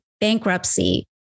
bankruptcy